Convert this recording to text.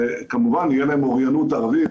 --- וכמובן תהיה להם אוריינות ערבית,